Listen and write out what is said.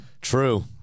True